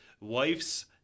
wife's